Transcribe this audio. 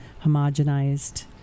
homogenized